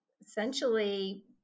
essentially